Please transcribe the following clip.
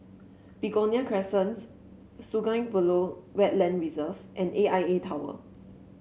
Begonia Crescent Sungei Buloh Wetland Reserve and A I A Tower